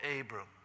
Abram